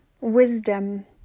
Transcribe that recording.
wisdom